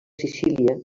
sicília